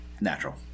Natural